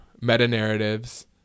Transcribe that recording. meta-narratives